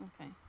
Okay